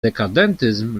dekadentyzm